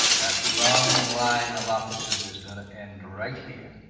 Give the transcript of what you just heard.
that long line of officers'. is gonna end right here.